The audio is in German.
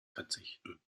verzichten